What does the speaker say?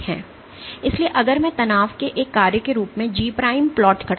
इसलिए अगर मैं तनाव के एक कार्य के रूप में G' plot करता हूं